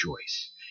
choice